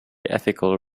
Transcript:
ethical